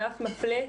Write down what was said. ואף מפלה,